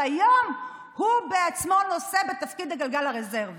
והיום הוא בעצמו נושא בתפקיד הגלגל הרזרבי,